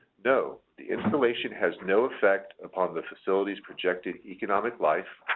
no, the installation has no effect upon the facility's projected economic life.